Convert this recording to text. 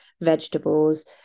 vegetables